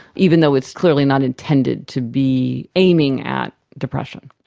even though it's clearly not intended to be aiming at depression.